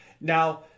Now